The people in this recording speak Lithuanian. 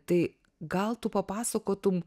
tai gal tu papasakotum